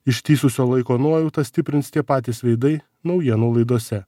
ištįsusio laiko nuojautą stiprins tie patys veidai naujienų laidose